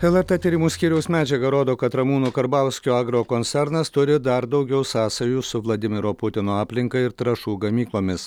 lrt tyrimų skyriaus medžiaga rodo kad ramūno karbauskio agrokoncernas turi dar daugiau sąsajų su vladimiro putino aplinka ir trąšų gamyklomis